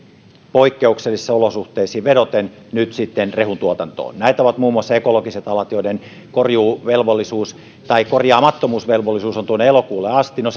poikkeuksellisiin olosuhteisiin vedoten nyt sitten rehuntuotantoon näitä ovat muun muassa ekologiset alat joiden korjuuvelvollisuus tai korjaamattomuusvelvollisuus on elokuulle asti no